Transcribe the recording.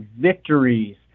victories